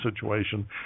situation